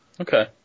Okay